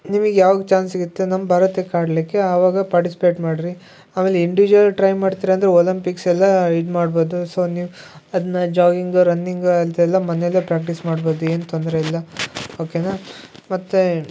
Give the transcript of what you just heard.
ನಿಮಗ್ ಯಾವಾಗ ಚಾನ್ಸ್ ಸಿಗತ್ತೆ ನಮ್ಮ ಭಾರತಕ್ಕಾಡ್ಲಿಕ್ಕೆ ಆವಾಗ ಪಾರ್ಟಿಸಿಪೇಟ್ ಮಾಡಿರಿ ಆಮೇಲೆ ಇಂಡಿವಿಜುವಲ್ ಟ್ರೈ ಮಾಡ್ತೀರ ಅಂದರೆ ಒಲಂಪಿಕ್ಸೆಲ್ಲಾ ಇದೆ ಮಾಡ್ಬೌದು ಸೋ ನೀವು ಅದನ್ನ ಜಾಗಿಂಗ್ ರನ್ನಿಂಗ್ ಅಂತೆಲ್ಲಾ ಮನೇಲೆ ಪ್ರ್ಯಾಕ್ಟೀಸ್ ಮಾಡ್ಬೌದು ಏನು ತೊಂದರೆ ಇಲ್ಲ ಒಕೆನಾ ಮತ್ತು